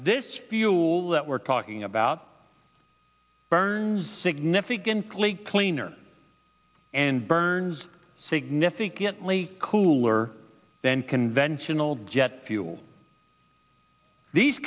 this fuel that we're talking about burns significantly cleaner and burns significantly cooler than conventional jet fuel these